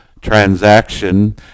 transaction